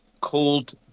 called